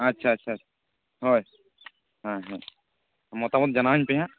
ᱟᱪᱪᱷᱟ ᱟᱪᱪᱷᱟ ᱦᱳᱭ ᱦᱮᱸ ᱦᱮᱸ ᱢᱚᱛᱟ ᱢᱚᱛ ᱡᱟᱱᱟᱣ ᱟᱹᱧ ᱯᱮᱦᱟᱜ